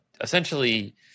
essentially